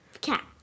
cat